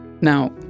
Now